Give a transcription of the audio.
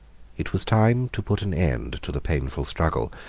it was time to put an end to the painful struggle,